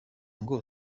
ngo